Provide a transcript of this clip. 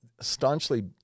staunchly